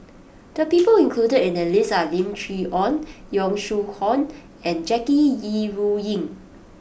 the people included in the list are Lim Chee Onn Yong Shu Hoong and Jackie Yi Ru Ying